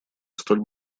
столь